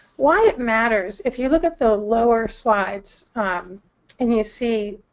why it matters. if you look at the lower slides and you see